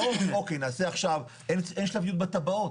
אין שלביות בתב"עות,